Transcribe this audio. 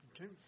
Okay